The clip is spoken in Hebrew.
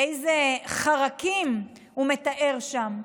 איזה חרקים הוא מתאר שם.